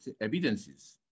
evidences